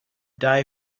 die